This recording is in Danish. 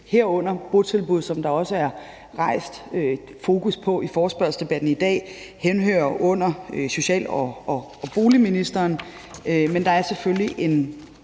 herunder botilbud, som der også er rejst fokus på i forespørgselsdebatten i dag, henhører under social- og boligministeren. Men der er selvfølgelig en